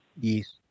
Yes